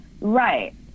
Right